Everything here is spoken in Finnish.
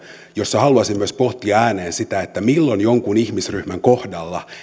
jossa haluaisin myös pohtia ääneen sitä milloin jonkun ihmisryhmän kohdalla